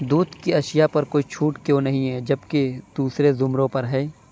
دودھ کی اشیا پر کوئی چھوٹ کیوں نہیں ہے جب کہ دوسرے زمروں پر ہے